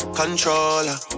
controller